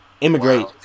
immigrate